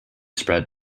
spread